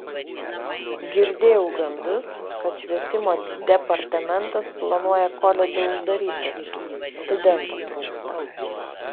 girdėjau gandus kad švietimo departamentas planuoja koledžą uždaryti studentų trūksta